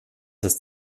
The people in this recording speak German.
ist